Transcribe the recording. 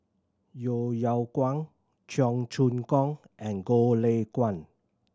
Yeo Yeow Kwang Cheong Choong Kong and Goh Lay Kuan